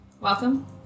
Welcome